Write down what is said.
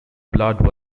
blood